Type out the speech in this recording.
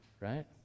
right